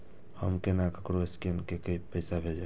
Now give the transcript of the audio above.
हम केना ककरो स्केने कैके पैसा भेजब?